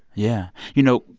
yeah. you know,